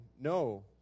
no